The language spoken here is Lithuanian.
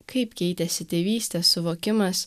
kaip keitėsi tėvystės suvokimas